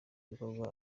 bikorwa